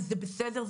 וזה בסדר,